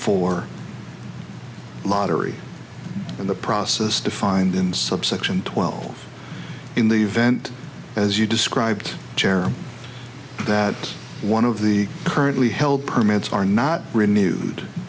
for lottery in the process defined in subsection twelve in the event as you described chair that one of the currently held permits are not renewed